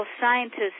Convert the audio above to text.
scientists